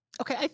Okay